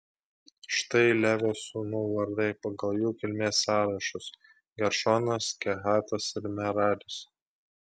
štai levio sūnų vardai pagal jų kilmės sąrašus geršonas kehatas ir meraris